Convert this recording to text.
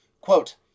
quote